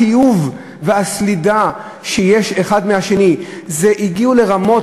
התיעוב והסלידה שיש לאחד מהשני הגיעו לרמות